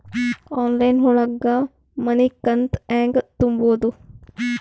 Online ಒಳಗ ಮನಿಕಂತ ಹ್ಯಾಂಗ ತುಂಬುದು?